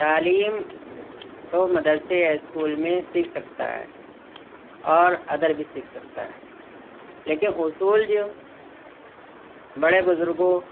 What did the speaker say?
تعلیم تو مدرسے یا اسکول میں سیکھ سکتا ہے اور ادر بھی سیکھ سکتا ہے لیکن اصول جو بڑے بزرگوں